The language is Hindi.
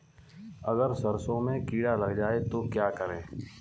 अगर सरसों में कीड़ा लग जाए तो क्या करें?